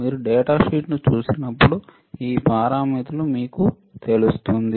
మీరు డేటాను చూసినప్పుడు ఈ పారామితులు మీకు తెలుస్తుంది